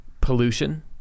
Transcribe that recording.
pollution